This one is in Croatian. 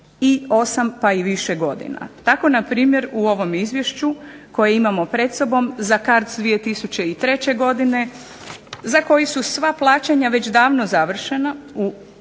i 8 pa i više godina. Tako na primjer u ovom izvješću koje imamo pred sobom za CARDS 2003. godine, za koji su sva plaćanja već davno završena u ovom